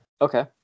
Okay